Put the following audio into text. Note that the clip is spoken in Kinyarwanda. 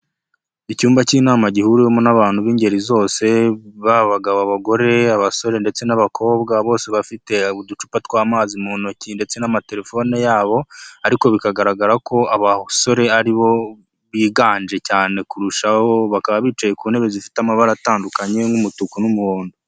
Icyumba cy'inama gihuriwemo n'abantu b'ingeri zose, baba abagabo abagore, abasore ndetse n'abakobwa, bose bafite uducupa tw'amazi mu ntoki ndetse n'amaterefone yabo, ariko bbikagaragara ko abasore aribo biganje cyane kurushaho abakobwa, bicaye ku ntebe zifite amabara atandukanye nk'umutuku n'umuhondo.